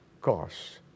costs